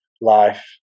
life